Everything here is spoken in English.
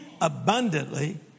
abundantly